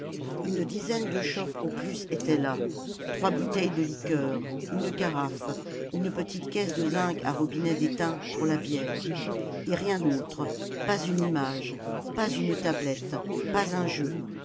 une dizaine de chopes au plus étaient là trois bouteilles de liqueur une carafe une petite caisse de zinc à robinet d'étain pour la bière et rien autre pas une image pas une tablette pas un jeu